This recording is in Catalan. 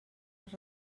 les